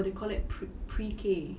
or they called that pre pre-K